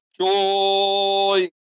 joy